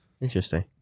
Interesting